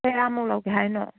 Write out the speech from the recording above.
ꯀꯌꯥꯝꯃꯨꯛ ꯂꯧꯒꯦ ꯍꯥꯏꯅꯣ